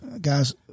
guys